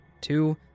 Two